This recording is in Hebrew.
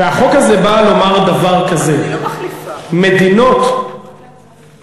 החוק הזה בא לומר דבר כזה: מדינות זרות,